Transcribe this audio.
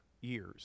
years